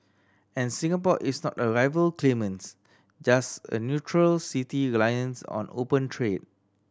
and Singapore is not a rival claimants just a neutral city reliant on open trade